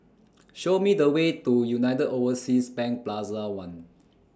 Show Me The Way to United Overseas Bank Plaza one